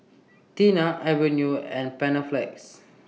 Tena Avene and Panaflex